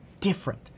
different